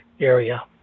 area